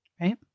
right